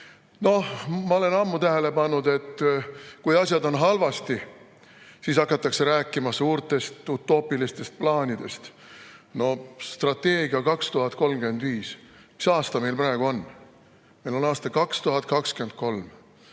ma olen ammu tähele pannud, et kui asjad on halvasti, siis hakatakse rääkima suurtest utoopilistest plaanidest. Strateegia 2035 – mis aasta meil praegu on? Meil on aasta 2023.